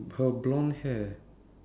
her blonde hair